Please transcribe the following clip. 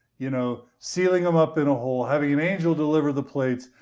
you know sealing them up in a hole, having an angel deliver the plates,